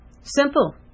Simple